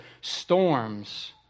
storms